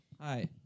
Hi